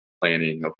planning